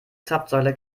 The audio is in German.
zapfsäule